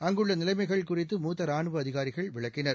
அங்குள்ளநிலைமைகள் குறித்து மூத்தரானுவஅதிகாரிகள் விளக்கினர்